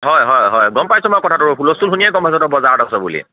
হয় হয় গম পাইছোঁ মই কথাটো হুলস্থুল শুনিয়েই গম পাইছোঁ তই বজাৰত আছ বুলি